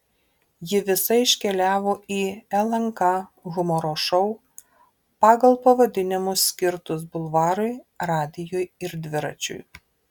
ji visa iškeliavo į lnk humoro šou pagal pavadinimus skirtus bulvarui radijui ir dviračiui